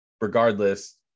regardless